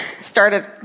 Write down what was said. Started